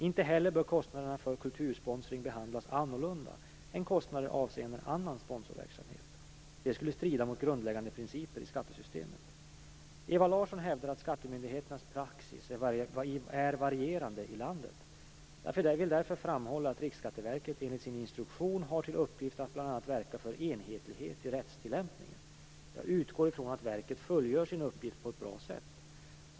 Inte heller bör kostnader för kultursponsring behandlas annorlunda än kostnader avseende annan sponsorverksamhet. Det skulle strida mot grundläggande principer i skattesystemet. Ewa Larsson hävdar att skattemyndigheternas praxis är varierande i landet. Jag vill därför framhålla att Riksskatteverket enligt sin instruktion har till uppgift att bl.a. verka för enhetlighet i rättstillämpningen. Jag utgår ifrån att verket fullgör sin uppgift på ett bra sätt.